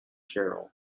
carroll